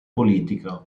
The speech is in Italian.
politica